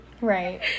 Right